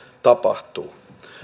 tapahtuu